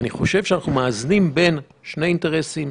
אני חושב שאנחנו מאזנים בין שני אינטרסים.